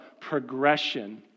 progression